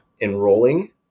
enrolling